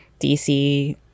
DC